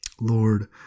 Lord